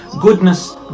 Goodness